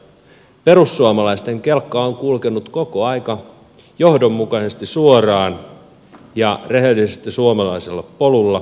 totean sen että perussuomalaisten kelkka on kulkenut koko ajan johdonmukaisesti suoraan ja rehellisesti suomalaisella polulla